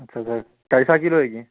اچھا سر کیسا کلو ہے جی